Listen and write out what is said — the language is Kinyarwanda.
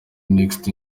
next